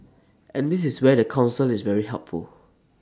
and this is where the Council is very helpful